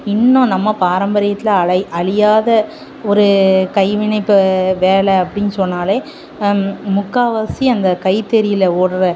இன்னும் நம்ம பாரம்பரியத்தில் அலை அழியாத ஒரு கைவினை இப்போ வேலை அப்படின்னு சொன்னால் முக்கால்வாசி அந்த கைத்தறியில் ஓட்டுற